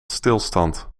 stilstand